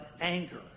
anger